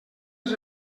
els